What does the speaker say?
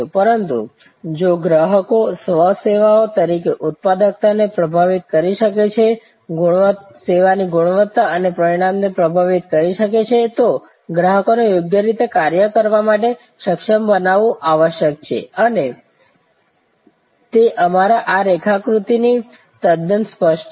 પરંતુ જો ગ્રાહકો સેવા કર્મચારીઓ તરીકે ઉત્પાદકતાને પ્રભાવિત કરી શકે છે સેવાની ગુણવત્તા અને પરિણામને પ્રભાવિત કરી શકે છે તો ગ્રાહકોને યોગ્ય રીતે કાર્ય કરવા માટે સક્ષમ બનાવવું આવશ્યક છે અને તે અમારા આ રેખાકૃતિથી તદ્દન સ્પષ્ટ છે